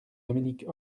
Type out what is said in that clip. dominique